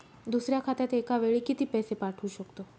दुसऱ्या खात्यात एका वेळी किती पैसे पाठवू शकतो?